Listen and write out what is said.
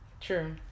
True